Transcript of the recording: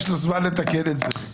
יש לו זמן לתקן את זה.